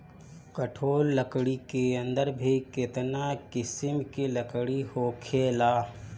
कठोर लकड़ी के अंदर भी केतना किसिम के लकड़ी होखेला